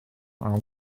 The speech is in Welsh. ail